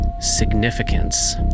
significance